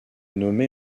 nommée